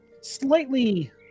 slightly